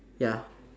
ya